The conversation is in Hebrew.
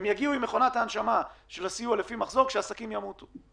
הם יגיעו עם מכונת ההנשמה של הסיוע לפי מחזור כשהעסקים ימותו.